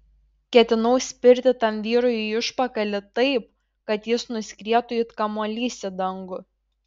ketinau spirti tam vyrui į užpakalį taip kad jis nuskrietų it kamuolys į dangų